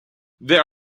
there